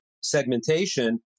segmentation